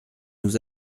nous